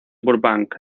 burbank